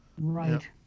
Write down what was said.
Right